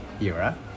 era